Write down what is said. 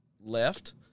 left